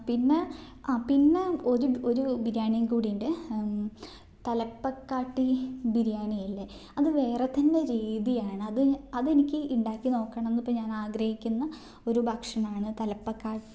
പിന്നെ ആ പിന്നെ ഒരു ഒരു ബിരിയാണിയും കൂടി ഉണ്ട് തലപ്പക്കാട്ടി ബിരിയാണിയില്ലെ അത് വേറെ തന്നെ രീതിയാണ് അത് അതെനിക്ക് ഉണ്ടാക്കി നോക്കണംന്ന് ഇപ്പം ഞാൻ ആഗ്രഹിക്കുന്ന ഒരു ഭക്ഷണമാണ് തലപ്പക്കാട്ടി